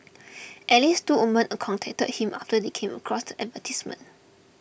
at least two women contacted him after they came across the advertisements